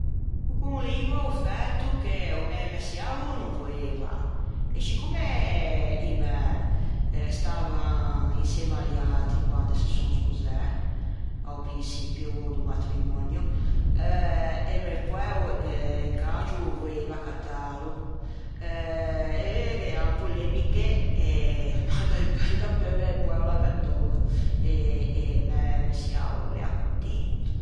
pe quello lì gh'é o fæto che o mæ messiävo o no voeiva e scicomme i mæ stavan insemme a loiatri quande se son sposæ a-o prinçipio do matrimonio e mæ poæ in cangio o voeiva accattâlo eh gh'ean polemiche ma dapeu mæ poæ o l'à acattou e mæ messiävo o l'ea contento.